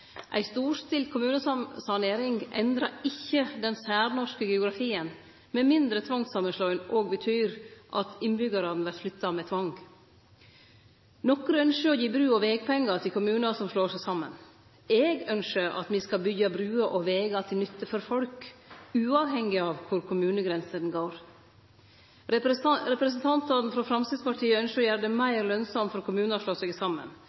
Ei storstilt kommunesanering endrar ikkje den særnorske geografien, med mindre tvangssamanslåing òg betyr at innbyggjarane vert flytta med tvang. Nokre ønskjer å gje bru- og vegpengar til kommunar som slår seg saman. Eg ønskjer at me skal byggje bruer og vegar til nytte for folk, uavhengig av kor kommunegrensene går. Representantane frå Framstegspartiet ønskjer å gjere det meir lønsamt for kommunar å slå seg saman.